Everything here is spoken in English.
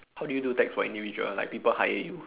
how do you do tax for individual like people hire you